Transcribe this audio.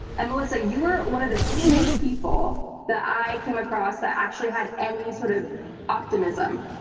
and melissa, you were one of the few people that i came across that actually had any sort of optimism,